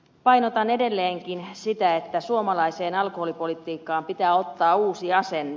painotan edelleenkin sitä että suomalaiseen alkoholipolitiikkaan pitää ottaa uusi asenne